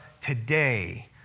today